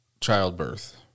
childbirth